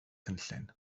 cynllun